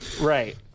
Right